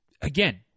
again